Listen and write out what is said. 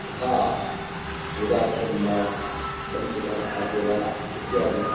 यथा वेदाध्ययनं वा संस्कृत अभ्यासो वा इत्यादि